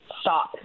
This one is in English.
stop